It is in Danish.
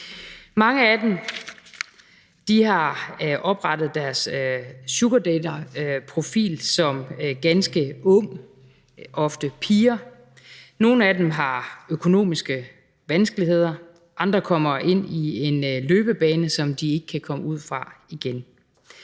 Mange af dem har oprettet deres sugardaterprofil, da de var ganske unge, og det er ofte piger, og nogle af dem har økonomiske problemer, andre kommer ind på en løbebane, som de ikke kan komme ud af igen.